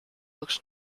looks